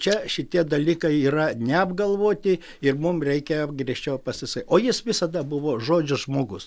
čia šitie dalykai yra neapgalvoti ir mum reikia griežčiau pasisa o jis visada buvo žodžio žmogus